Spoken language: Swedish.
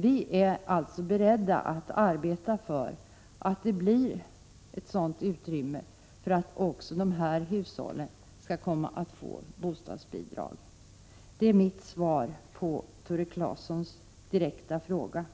Vi är alltså beredda att arbeta för att det skall bli ett sådant utrymme för att också de här hushållen skall komma att få bostadsbidrag. Det är mitt svar på Tore Claesons direkta fråga.